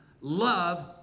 love